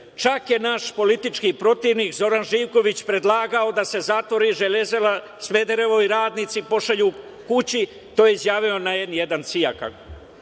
Čak je naš politički protivnik, Zoran Živković, predlagao da se zatvori "Železara Smederevo" i radnici pošalju kući, to je izjavio na "N1" CIA,